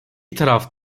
taraf